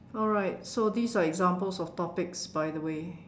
alright so these are examples of topics by the way